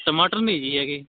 ਟਮਾਟਰ ਨਹੀਂ ਜੀ ਹੈਗੇ